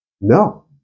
No